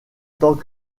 tant